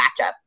matchup